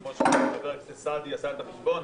כמו שאמר חבר הכנסת סעדי שעשה את החשבון,